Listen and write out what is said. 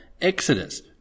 exodus